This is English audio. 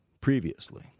previously